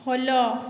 follow